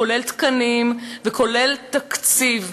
כולל תקנים וכולל תקציב.